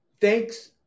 thanks